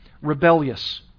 rebellious